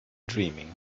dreaming